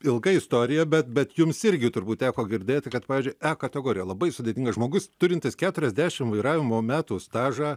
ilga istorija bet bet jums irgi turbūt teko girdėti kad pavyzdžiui e kategorija labai sudėtinga žmogus turintis keturiasdešim vairavimo metų stažą